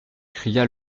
cria